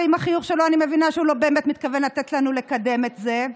ועם החיוך שלו אני מבינה שהוא לא באמת מתכוון לתת לנו לקדם את זה.